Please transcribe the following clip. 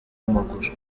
w’amaguru